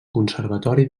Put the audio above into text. conservatori